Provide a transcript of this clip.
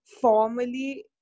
formally